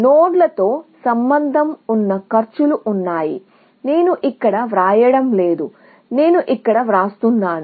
నోడ్లతో సంబంధం ఉన్న కాస్ట్లు ఉన్నాయి దీనిని నేను అక్కడ వ్రాయడం లేదు నేను ఇక్కడ వ్రాస్తున్నాను